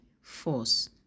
force